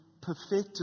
perfected